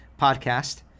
podcast